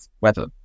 weather